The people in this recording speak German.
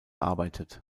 arbeitet